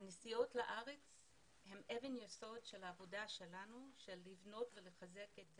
הנסיעות לארץ הן אבן יסוד של העבודה שלנו לבנות ולחזק את